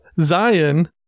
Zion